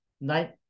night